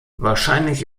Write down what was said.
wahrscheinlich